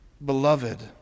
Beloved